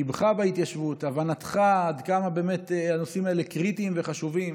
שליבך בהתיישבות ושהבנתך עד כמה באמת הנושאים האלה קריטיים וחשובים,